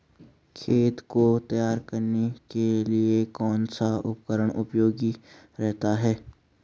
खेत को तैयार करने के लिए कौन सा उपकरण उपयोगी रहता है?